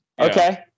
Okay